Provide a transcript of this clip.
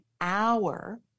hour